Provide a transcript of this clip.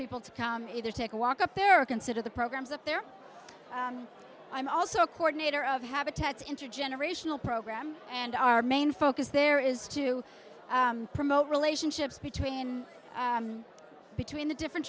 people to come either take a walk up there or consider the programs up there i'm also a cordon it or of habitats intergenerational program and our main focus there is to promote relationships between between the different